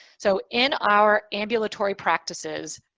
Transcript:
so in our ambulatory practices,